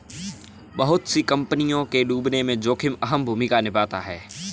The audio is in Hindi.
बहुत सी कम्पनियों के डूबने में जोखिम अहम भूमिका निभाता है